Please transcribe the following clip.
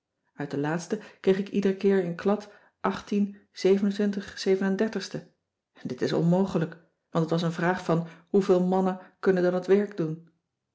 uit de laatste kreeg ik ieder keer in klad dit is onmogelijk want t was een vraag van hoeveel mannen kunnen dan het werk doen